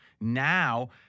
now